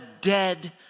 dead